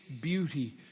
beauty